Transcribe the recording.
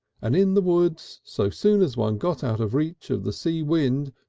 and in the woods so soon as one got out of reach of the sea wind,